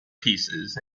pieces